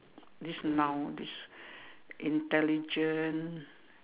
this noun this intelligent